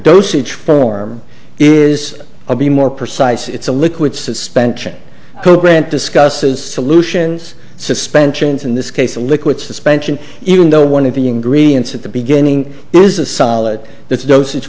dosage form is a be more precise it's a liquid suspension could grant discusses solutions suspensions in this case a liquid suspension even though one of the ingredients at the beginning is a solid that's dosage